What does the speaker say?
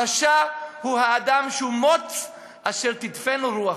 הרשע הוא האדם שהוא מוץ אשר תדפנו רוח,